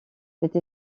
cette